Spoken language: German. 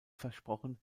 versprochen